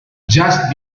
just